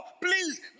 please